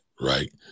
right